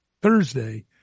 Thursday